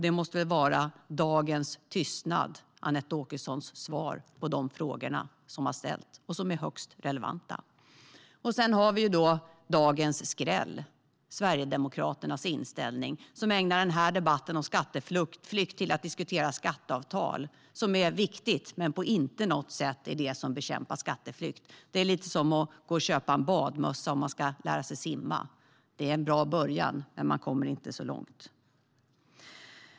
Det framgår av dagens tystnad och Anette Åkessons svar på de frågor som har ställts och som är högst relevanta. Sedan har vi dagens skräll - Sverigedemokraternas inställning. De ägnar den här debatten om skatteflykt till att diskutera skatteavtal. Skatteavtal är viktiga men de bekämpar inte på något sätt skatteflykt. Det är lite grann som att gå och köpa en badmössa om man ska lära sig simma; det är en bra början, men man kommer inte så långt.